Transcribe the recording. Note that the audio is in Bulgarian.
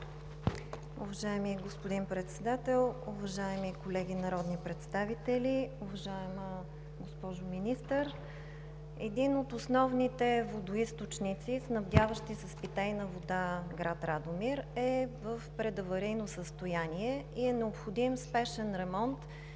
Уважаеми господин Председател, уважаеми колеги народни представители! Уважаема госпожо Министър, един от основните водоизточници, снабдяващи с питейна вода град Радомир, е в предаварийно състояние и е необходим спешен ремонт